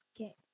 Okay